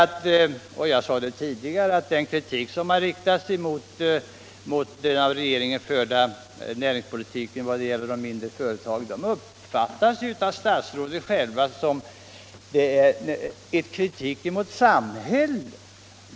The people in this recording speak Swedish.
Som jag sade tidigare har den kritik som riktats mot den av regeringen förda näringspolitiken vad gäller de mindre företagen av statsrådet själv uppfattats som kritik mot samhället.